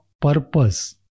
purpose